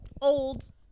old